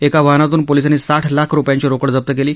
एका वाहनातून पोलिसांनी साठ लाख रुपयांची रोकड जप्त केली